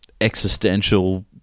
existential